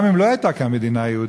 גם אם לא הייתה כאן מדינה יהודית,